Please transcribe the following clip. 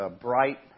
bright